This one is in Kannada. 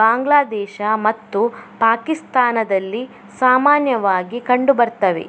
ಬಾಂಗ್ಲಾದೇಶ ಮತ್ತು ಪಾಕಿಸ್ತಾನದಲ್ಲಿ ಸಾಮಾನ್ಯವಾಗಿ ಕಂಡು ಬರ್ತವೆ